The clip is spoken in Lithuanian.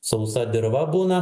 sausa dirva būna